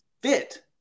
fit